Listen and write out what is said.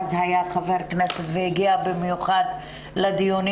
היה אז חבר כנסת והגיע במיוחד לדיונים